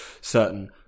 certain